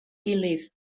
gilydd